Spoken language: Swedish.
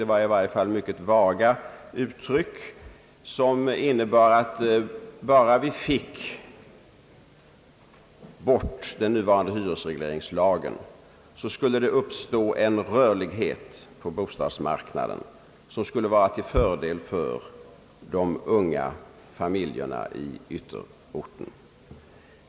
Det var i varje fall mycket vaga uttryck som innebar att bara vi fick bort den nuvarande hyresregleringslagen så skulle det uppstå en rörlighet på bostadsmarknaden som skulle vara till fördel för de unga familjerna i ytterorten.